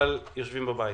אבל יושבים בבית.